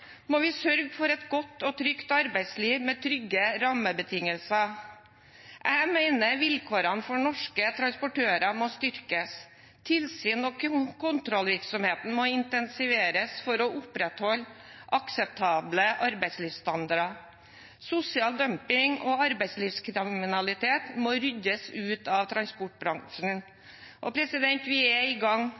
må vi sørge for et godt og trygt arbeidsliv med trygge rammebetingelser. Jeg mener at vilkårene for norske transportører må styrkes, tilsynet og kontrollvirksomheten må intensiveres for å opprettholde akseptable arbeidslivsstandarder. Sosial dumping og arbeidslivskriminalitet må ryddes ut av transportbransjen. Vi er i gang,